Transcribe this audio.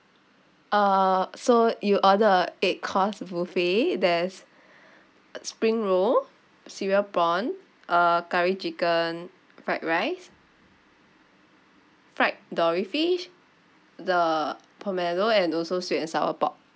uh so you order a eight course buffet there's spring roll cereal prawn uh curry chicken fried rice fried dory fish the pomelo and also sweet and sour pork